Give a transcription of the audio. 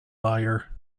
liar